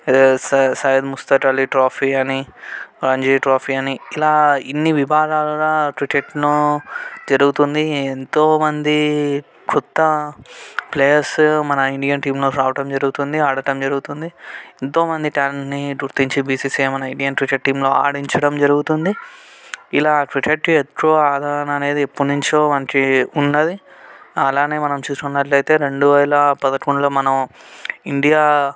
Syed Mushtaq Ali trophy అని Ranji trophy అని ఇలా ఇన్ని విభాగాలుగా క్రికెట్ను జరుగుతుంది ఎంతోమంది కొత్త ప్లేయర్స్ మన ఇండియన్ టీంలో రావడం జరుగుతుంది ఆడటం జరుగుతుంది ఎంతోమంది టాలెంట్ని గుర్తించి బీసీసీఐ మన ఇండియన్ క్రికెట్ టీంలో ఆడించడం జరుగుతుంది ఇలా క్రికెట్ ఎక్కువ ఆదరణ ఎప్పటినుంచో మనకి ఉన్నది అలానే మనం చూసుకున్నట్లయితే రెండు వేల పదకొండులో మనం ఇండియా